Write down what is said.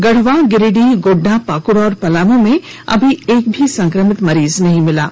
गढ़वा गिरिडीह गोड़डा पाक़ड़ और पलामू में अभी एक भी संक्रमित मरीज नहीं मिला हैं